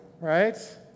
Right